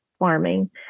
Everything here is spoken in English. Farming